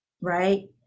right